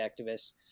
activists